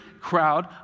crowd